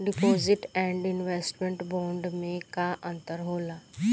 Deposit and investment bond मे का अंतर होला?